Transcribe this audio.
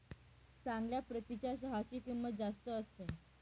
चांगल्या प्रतीच्या चहाची किंमत जास्त असते